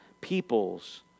peoples